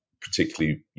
particularly